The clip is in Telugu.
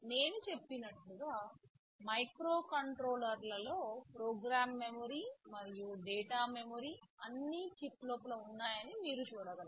నేను చెప్పినట్లుగా మైక్రోకంట్రోలర్లలో ప్రోగ్రామ్ మెమరీ మరియు డేటా మెమరీ అన్నీ చిప్ లోపల ఉన్నాయని మీరు చూడగలరు